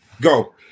go